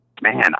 man